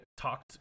talked